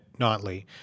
Notley